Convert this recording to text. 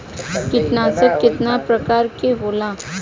कीटनाशक केतना प्रकार के होला?